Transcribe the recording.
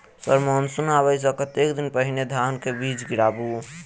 Sir monsoon आबै सऽ कतेक दिन पहिने धान केँ बीज गिराबू?